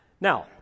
Now